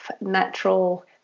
natural